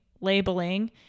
labeling